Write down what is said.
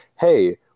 Hey